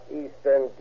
eastern